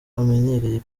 bamenyereye